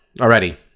already